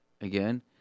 again